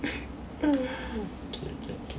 K K K